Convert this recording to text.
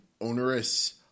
onerous